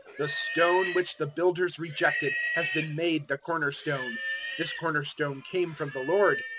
the stone which the builders rejected has been made the cornerstone this cornerstone came from the lord,